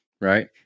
right